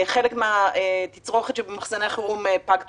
חלק מן התצרוכת שבמחסני החירום פג תוקפה.